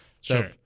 Sure